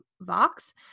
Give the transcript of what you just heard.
Vox